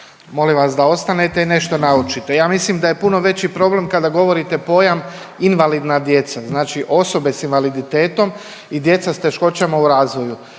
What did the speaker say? molim vas da ostanete i nešto naučite. Ja mislim da je puno veći problem kada govorite pojam „invalidna djeca“, znači osobe s invaliditetom i djeca s teškoćama u razvoju.